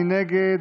מי נגד?